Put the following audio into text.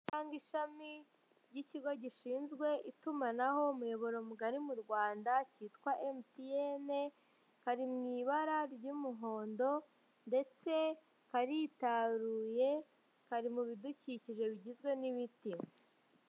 Cyangwa ishami ry'ikigo gishinzwe itumanaho umuyoboro mugari mu Rwanda cyitwa emutiyene kari mu ibara ry'umuhondo ndetse karitaruye kari mu bidukikije bigizwe n'ibiti.